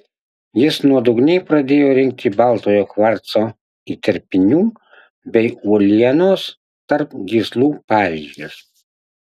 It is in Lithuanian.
jis nuodugniai pradėjo rinkti baltojo kvarco įterpinių bei uolienos tarp gyslų pavyzdžius